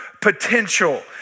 potential